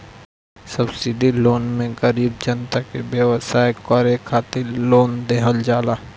subsidy loan मे गरीब जनता के व्यवसाय करे खातिर लोन देहल जाला